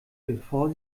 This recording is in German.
bevor